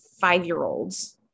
five-year-olds